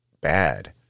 bad